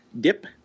dip